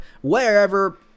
wherever